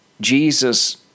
Jesus